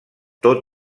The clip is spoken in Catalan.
tot